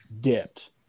dipped